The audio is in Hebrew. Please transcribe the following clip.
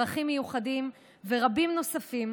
צרכים מיוחדים ורבים נוספים,